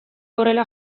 horrela